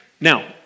now